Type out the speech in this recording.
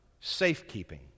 safekeeping